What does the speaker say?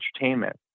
entertainment